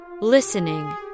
Listening